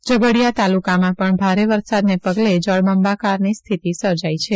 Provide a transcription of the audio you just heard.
ઝઘડીયા તાલુકામાં પણ ભારે વરસાદને પગલે જળબંબાકારની સ્થિતિ સર્જાઈ છે